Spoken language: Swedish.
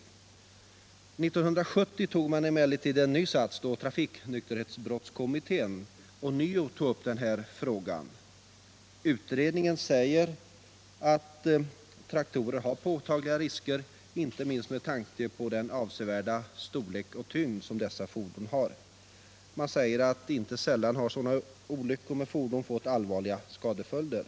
1970 tog man emellertid ny sats, då kommittén för lagstiftningen angående trafiknykterhetsbrott tog upp frågan. Utredningen säger att traktorer medför påtagliga risker i trafiken, inte minst med tanken på den avsevärda storlek och tyngd som dessa fordon har. Man påpekar att inte sällan har olyckor med sådana fordon fått allvarliga skadeföljder.